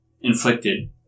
inflicted